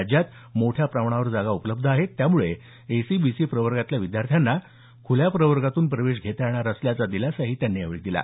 राज्यात मोठ्या प्रमाणावर जागा उपलब्ध आहेत त्यामुळे एसईबीसी प्रवर्गातल्या विद्यार्थ्यांना खुला प्रवर्गातून प्रवेश घेता येणार असल्याचा दिलासाही त्यांनी दिला